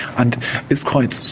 and it's quite